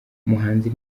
umuhanzi